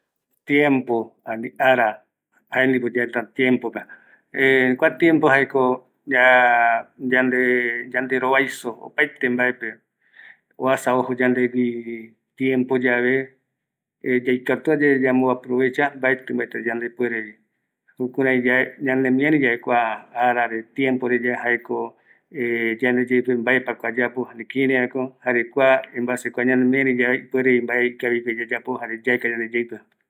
Arirere ñandemiari yave jaeko tiempo oipota jae, jaema opaete vae yayapo va oime gunoi y arire jaeramo opata yayapotava ya mo regire kavi, oimeta kia ya mo recibe ye ya mo recive kavita.